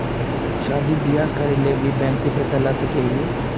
शादी बियाह करे ले भी बैंक से पैसा ला सके हिये?